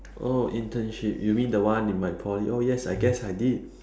oh internship you mean the one in my poly oh yes I guess I did